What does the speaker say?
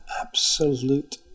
absolute